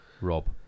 Rob